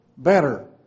Better